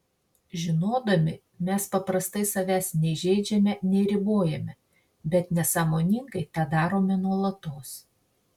žinodami mes paprastai savęs nei žeidžiame nei ribojame bet nesąmoningai tą darome nuolatos